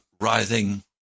writhing